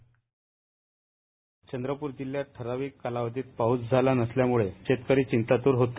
bite Chandrapur जिल्हयात ठरावीक कालावधीत पाऊस झाला नसल्यामुळ शेतकरी चिंतात्र होते